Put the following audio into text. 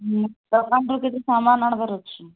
ହୁଁ ଦୋକାନରୁ କିଛି ସାମାନ୍ ଆଣିବାର ଅଛି